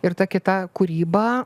ir ta kita kūryba